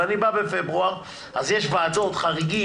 ואני בא בפברואר אז יש ועידות חריגים,